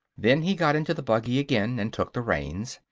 then he got into the buggy again and took the reins,